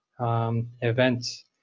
events